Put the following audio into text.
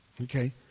Okay